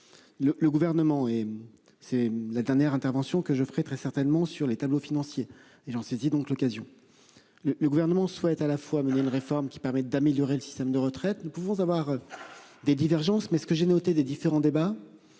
le gouvernement et c'est la dernière intervention que je ferai très certainement sur les tableaux financiers et Jean saisit donc l'occasion. Le, le gouvernement souhaite à la fois mener une réforme qui permet d'améliorer le système de retraites, nous pouvons avoir. Des divergences mais ce que j'ai noté des différents débats.